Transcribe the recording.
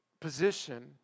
position